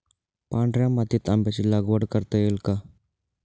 पांढऱ्या मातीत आंब्याची लागवड करता येईल का?